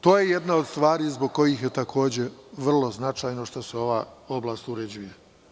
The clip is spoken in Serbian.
To je jedna od stvari zbog kojih je takođe vrlo značajno što se ova oblast uređuje.